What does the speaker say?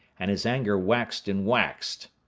and his anger waxed and waxed.